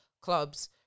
clubs